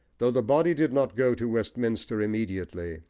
though the body did not go to westminster immediately,